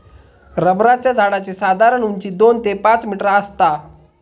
रबराच्या झाडाची साधारण उंची दोन ते पाच मीटर आसता